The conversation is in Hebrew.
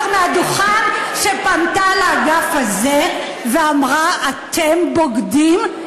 מהדוכן כשפנתה לאגף הזה ואמרה: אתם בוגדים,